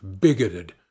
bigoted